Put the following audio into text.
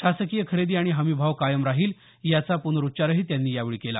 शासकीय खरेदी आणि हमी भाव कायम राहिल याचा पुनरुच्चारही त्यांनी यावेळी केला